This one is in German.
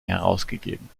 herausgegeben